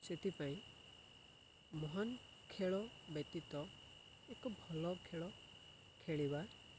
ସେଥିପାଇଁ ମହାନ ଖେଳ ବ୍ୟତୀତ ଏକ ଭଲ ଖେଳ ଖେଳିବା